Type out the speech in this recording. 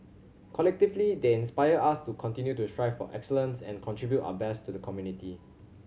collectively they inspire us to continue to strive for excellence and contribute our best to the community